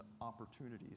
opportunities